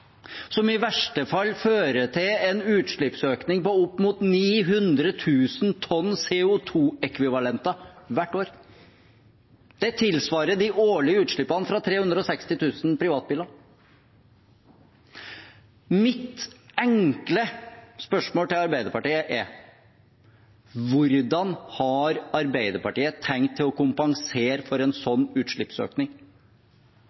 som i verste fall fører til en utslippsøkning på opp mot 900 000 tonn CO 2 -ekvivalenter hvert år. Det tilsvarer de årlige utslippene fra 360 000 privatbiler. Mitt enkle spørsmål til Arbeiderpartiet er: Hvordan har Arbeiderpartiet tenkt å kompensere for en